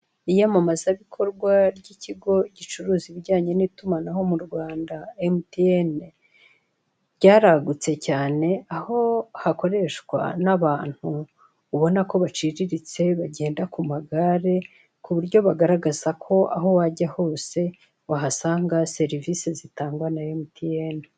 Iyamamazabikorwa ry'ikigo gicuruza ibijyanye n'itumanaho mu rwanda emutiyene, ryaragutse cyane aho hakoreshwa n'abanru ubona ko baciriritse benganda ku magare ku buryo bagaragaza ko aho wajya hose wahasanga serivise zitangwa na emutiyene.